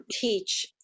teach